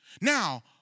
Now